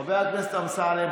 חבר הכנסת אמסלם,